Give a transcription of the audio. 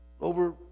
over